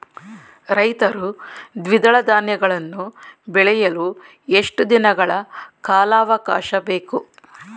ರೈತರು ದ್ವಿದಳ ಧಾನ್ಯಗಳನ್ನು ಬೆಳೆಯಲು ಎಷ್ಟು ದಿನಗಳ ಕಾಲಾವಾಕಾಶ ಬೇಕು?